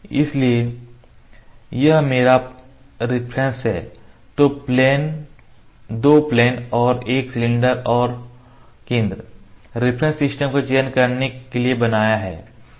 इसलिए यह मेरा रेफरेंस है दो प्लेन और एक सिलेंडर और केंद्र रिफरेंस सिस्टम का चयन करने के लिए बनाया है